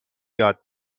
یاد